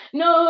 no